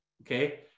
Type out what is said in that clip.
okay